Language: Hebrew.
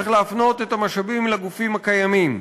צריך להפנות את המשאבים לגופים הקיימים.